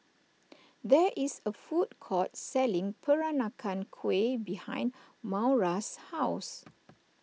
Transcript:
there is a food court selling Peranakan Kueh behind Maura's house